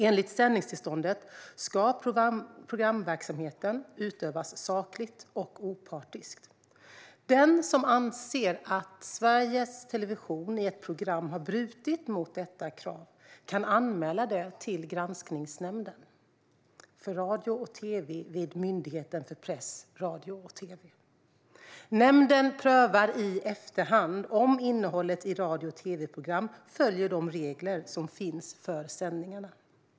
Enligt sändningstillståndet ska programverksamheten utövas sakligt och opartiskt. Den som anser att Sveriges Television i ett program har brutit mot detta krav kan anmäla det till Granskningsnämnden för radio och tv vid Myndigheten för press, radio och tv. Nämnden prövar i efterhand om innehållet i radio och tv-program följer de regler som finns för sändningarna.